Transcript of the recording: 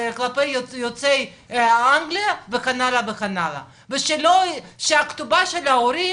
יוצאי אנגליה וכן הלאה וכן הלאה ושהכתובה של ההורים,